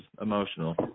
emotional